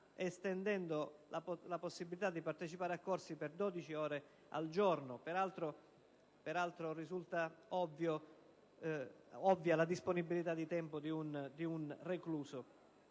estendendo la possibilità di partecipare a corsi per 12 ore al giorno. Peraltro, risulta ovvia la disponibilità di tempo di un recluso.